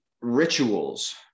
rituals